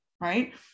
right